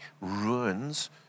ruins